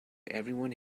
everyone